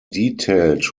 detailed